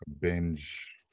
binge